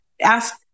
ask